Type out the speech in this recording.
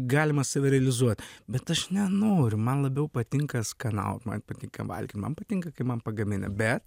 galima save realizuoti bet aš nenoriu man labiau patinka skanaut man patinka valgyt man patinka kai man pagamina bet